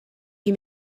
you